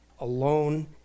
alone